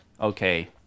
Okay